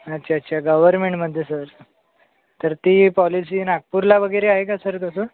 अच्छा अच्छा गव्हर्मेंटमध्ये सर तर ती पॉलिसी नागपूरला वगैरे आहे का सर तसं